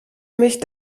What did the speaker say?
mich